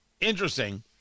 interesting